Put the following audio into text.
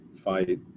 fight